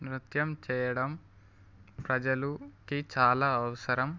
నృత్యం చేయడం ప్రజలకి చాలా అవసరం